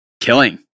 killing